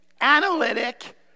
analytic